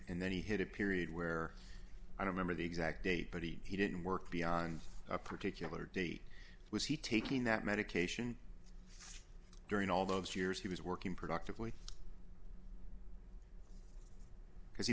and then he had a period where i don't remember the exact date but he didn't work beyond a particular date was he taking that medication during all those years he was working productively because he